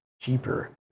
cheaper